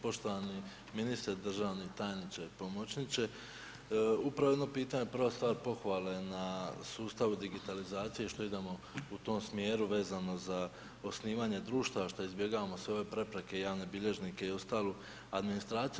Poštovani ministre, državni tajniče, pomoćniče, upravo jedno pitanje, prva stvar pohvale na sustav digitalizacije što idemo u tom smjeru vezano za osnivanje društava, što izbjegavamo sve ove prepreke, javne bilježnike i ostalu administraciju.